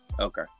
Okay